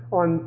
on